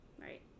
Right